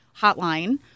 hotline